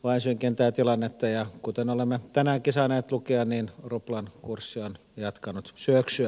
ai synkentää tilannetta ja kuten olemme tänä kesänä tukeneen ruplan kurssi on jatkanut syöksy